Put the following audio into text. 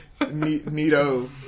Neato